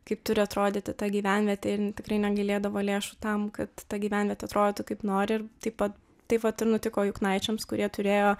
kaip turi atrodyti ta gyvenvietė tikrai negailėdavo lėšų tam kad ta gyvenvietė atrodytų kaip nori ir taip pat taip vat ir nutiko juknaičiams kurie turėjo